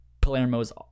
Palermo's